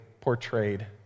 portrayed